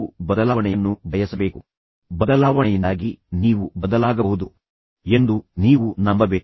ಈಗ ನೀವು ಬದಲಾವಣೆಯನ್ನು ಬಯಸಬೇಕು ಬದಲಾವಣೆಯಿಂದಾಗಿ ನೀವು ಬದಲಾಗಬಹುದು ಎಂದು ನೀವು ನಂಬಬೇಕು